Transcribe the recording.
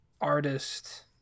artist